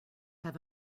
have